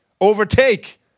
overtake